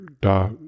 da